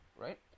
right